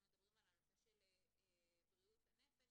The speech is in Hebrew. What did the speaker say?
אנחנו מדברים על הנושא של בריאות הנפש.